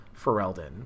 Ferelden